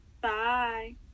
Bye